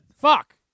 Fuck